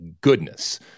goodness